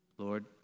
Lord